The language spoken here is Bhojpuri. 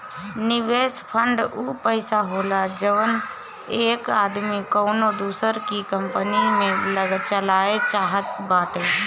निवेस फ़ंड ऊ पइसा होला जउन एक आदमी कउनो दूसर की कंपनी मे लगाए चाहत बाटे